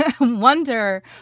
wonder